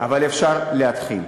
אבל אפשר להתחיל.